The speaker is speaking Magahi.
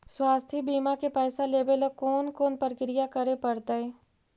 स्वास्थी बिमा के पैसा लेबे ल कोन कोन परकिया करे पड़तै?